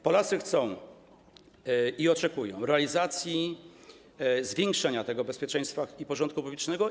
Polacy chcą i oczekują realizacji zwiększenia bezpieczeństwa i porządku publicznego.